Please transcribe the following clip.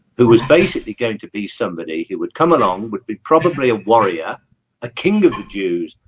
who was basically going to be somebody who would come along would be probably a warrior a king of the jews?